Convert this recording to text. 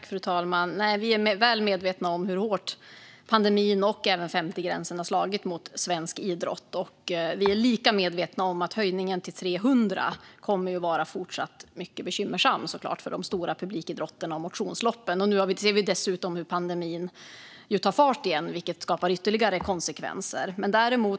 Fru talman! Vi är väl medvetna om hur hårt pandemin och 50-gränsen har slagit mot svensk idrott. Vi är lika medvetna om att höjningen till 300 fortsatt kommer att vara bekymmersam för de stora publikidrotterna och motionsloppen. Nu ser vi dessutom hur pandemin tar fart igen, vilket får ytterligare konsekvenser.